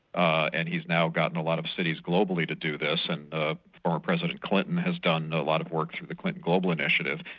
and he's now gotten a lot of cities globally to do this, and ah former president clinton has done a lot of work through the clinton global initiatives,